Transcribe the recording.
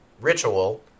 ritual